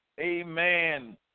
Amen